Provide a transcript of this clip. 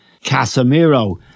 Casemiro